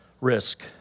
risk